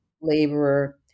laborer